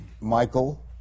Michael